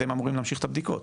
אתם אמורים להמשיך את הבדיקות,